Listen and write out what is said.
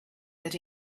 that